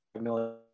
million